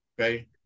Okay